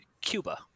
Cuba